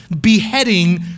beheading